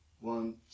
One